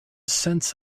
sense